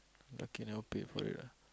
lucky never pay for it ah